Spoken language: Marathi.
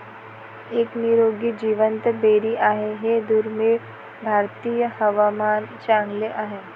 एक निरोगी जिवंत बेरी आहे हे दुर्मिळ भारतीय हवामान चांगले आहे